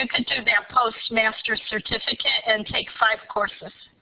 and could do that post-master's certificate. and take five courses.